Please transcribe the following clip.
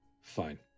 Fine